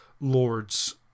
lords